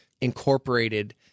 incorporated